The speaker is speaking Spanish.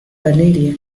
valeria